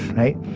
right?